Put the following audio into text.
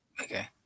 Okay